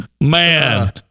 Man